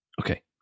Okay